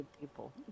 people